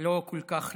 הלא-כל-כך רחוקה,